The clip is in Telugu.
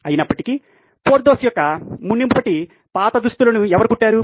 అయినప్పటికీ పోర్థోస్ యొక్క మునుపటి పాత దుస్తులను ఎవరు కుట్టారు